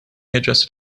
adjusted